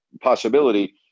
possibility